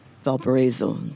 Valparaiso